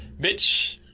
bitch